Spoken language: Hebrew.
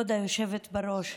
כבוד היושבת-ראש,